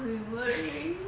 creamery